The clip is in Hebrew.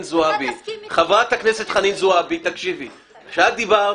חברת הכנסת חנין זועבי, כשאת דיברת,